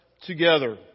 together